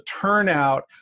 turnout